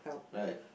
right